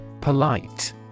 Polite